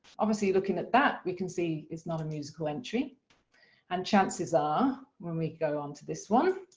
obviously looking at that we can see it's not a musical entry and chances are when we go on to this one.